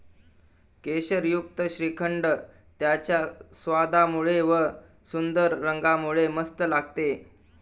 केशरयुक्त श्रीखंड त्याच्या स्वादामुळे व व सुंदर रंगामुळे मस्त लागते